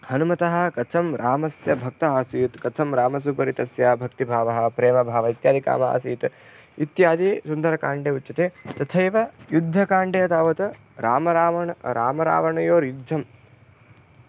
हनुमतः कथं रामस्य भक्तः आसीत् कथं रामस्य उपरि तस्य भक्तिभावः प्रेमभावः इत्यादिकम् आसीत् इत्यादिसुन्दरकाण्डे उच्यते तथैव युद्धकाण्डे तावत् रामरावणौ रामरावणयोर्युद्धं